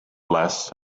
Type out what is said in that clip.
less